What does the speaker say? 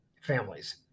families